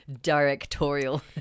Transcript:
directorial